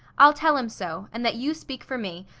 i'll tell em so, and that you speak for me,